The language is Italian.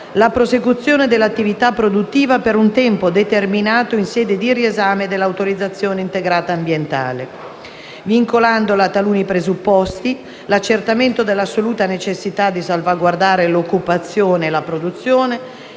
la prosecuzione dell'attività produttiva per un tempo determinato in sede di riesame dell'autorizzazione integrata ambientale, vincolandola a taluni presupposti: l'accertamento dell'assoluta necessità di salvaguardare l'occupazione e la produzione,